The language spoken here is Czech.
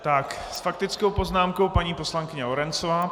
S faktickou poznámkou paní poslankyně Lorencová.